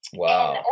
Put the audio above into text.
wow